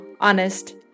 honest